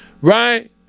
right